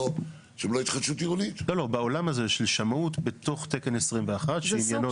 בעולם הזה של שמאות בתוך תקן 21 שעניינו התחדשות עירונית.